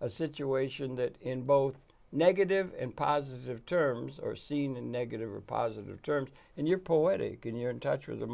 a situation that in both negative and positive terms are seen in negative or positive terms and you're poetic and you're in touch with